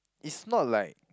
it's not like